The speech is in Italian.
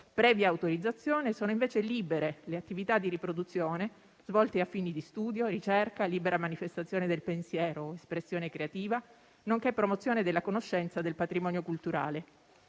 Previa autorizzazione, sono invece libere le attività di riproduzione svolte a fini di studio, ricerca, libera manifestazione del pensiero o espressione creativa nonché promozione della conoscenza del patrimonio culturale.